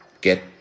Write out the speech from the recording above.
get